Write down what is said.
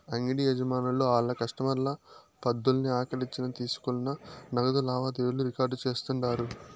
అంగిడి యజమానులు ఆళ్ల కస్టమర్ల పద్దుల్ని ఆలిచ్చిన తీసుకున్న నగదు లావాదేవీలు రికార్డు చేస్తుండారు